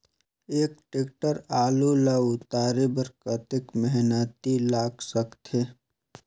एक टेक्टर आलू ल उतारे बर कतेक मेहनती लाग सकथे?